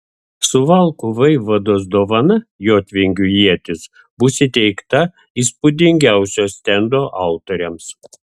suvalkų vaivados dovana jotvingių ietis bus įteikta įspūdingiausio stendo autoriams